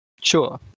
Sure